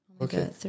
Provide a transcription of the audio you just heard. Okay